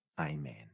Amen